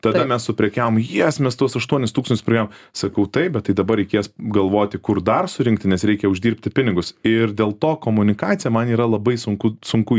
tada mes suprekiavom jes mes tuos aštuonis tūkstančius priėjom sakau taip bet tai dabar reikės galvoti kur dar surinkti nes reikia uždirbti pinigus ir dėl to komunikacija man yra labai sunku sunku